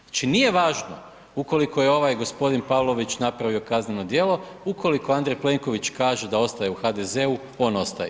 Znači nije važno ukoliko je ovaj gospodin Pavlović napravio kazneno djelo, ukoliko Andrej Plenković kaže da ostaje u HDZ-u, on ostaje.